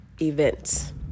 events